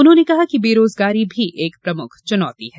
उन्होंने कहा कि बेरोजगारी भी एक प्रमुख चुनौती है